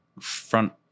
front